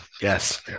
Yes